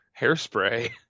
hairspray